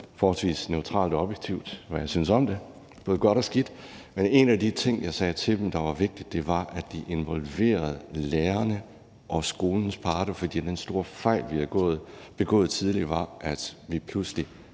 forholdsvis neutralt og objektivt, hvad jeg syntes om det, både godt og skidt, men en af de ting, jeg sagde til dem var vigtigt, var, at de involverede lærerne og skolens parter, for den store fejl, vi har begået tidligere, var, at vi pludselig